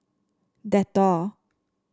Dettol